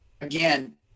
again